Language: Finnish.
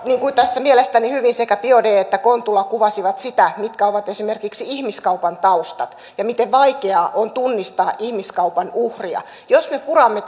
tässä mielestäni hyvin sekä biaudet että kontula kuvasivat sitä mitkä ovat esimerkiksi ihmiskaupan taustat ja miten vaikeaa on tunnistaa ihmiskaupan uhria niin jos me puramme